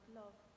love